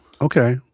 Okay